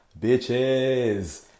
Bitches